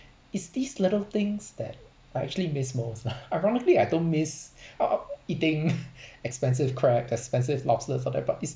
it's these little things that I actually missed most lah ironically I don't miss uh eating expensive crab expensive lobsters all that but it's